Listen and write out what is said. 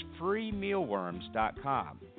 freemealworms.com